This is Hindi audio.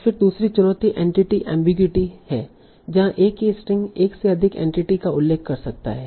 और फिर दूसरी चुनौती एंटिटी ऐम्बिग्यूअटी है जहा एक ही स्ट्रिंग एक से अधिक एंटिटी का उल्लेख कर सकता है